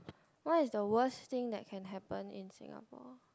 what is the worst thing that can happen in Singapore